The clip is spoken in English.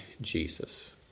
Jesus